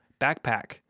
backpack